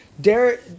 Derek